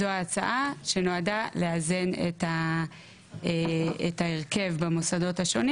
זו ההצעה שנועדה לאזן את ההרכב במוסדות השונים